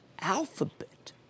Alphabet